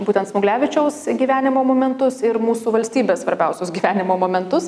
būtent smuglevičiaus gyvenimo momentus ir mūsų valstybės svarbiausius gyvenimo momentus